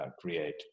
create